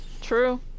True